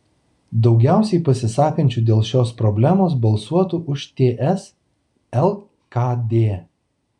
daugiausiai pasisakančių dėl šios problemos balsuotų už ts lkd